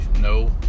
no